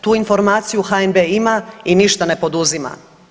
Tu informaciju HNB-e ima i ništa ne poduzima.